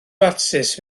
fatsis